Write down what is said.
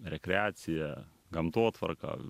rekreacija gamtotvarka